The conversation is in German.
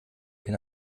den